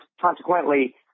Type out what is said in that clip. consequently